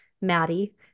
Maddie